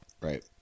right